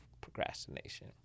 procrastination